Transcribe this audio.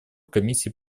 комиссии